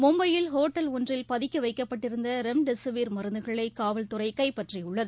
மும்பையில் ஒட்டல் ஒன்றில் பதுக்கிவைக்கப்பட்டிருந்தரெம்டெசிவீர் மருந்துகளைகாவல்துறைகைப்பற்றிஉள்ளது